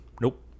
Nope